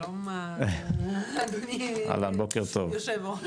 שלום אדוני יו"ר,